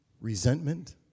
resentment